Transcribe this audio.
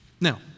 Now